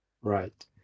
Right